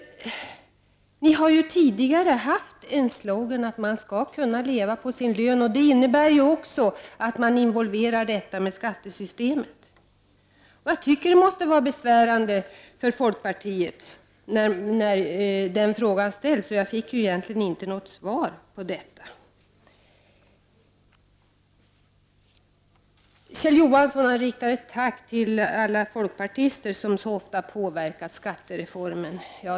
Ni har ju tidigare haft en slogan om att man skall kunna leva på sin — 13 juni 1990 lön. Det måste också gälla i frågor som rör skattesystemet. Det borde vara besvärande för folkpartiet att få den frågan. Jag fick egentligen inte heller Reformerad ( något svar. komstoch företagsbeskattning Kjell Johansson riktar ett tack till alla folkpartister som lagt ned arbete på att påverka skattereformen.